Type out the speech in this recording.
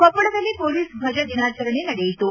ಕೊಪ್ಪಳದಲ್ಲಿ ಮೊಲೀಸ್ ದ್ವಜ ದಿನಾಚರಣೆ ನಡೆಯಿತು